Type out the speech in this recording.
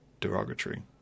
derogatory